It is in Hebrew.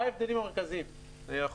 (שקף: הבדלים מרכזיים בין החוק הישן לחוק החדש).